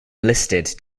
listed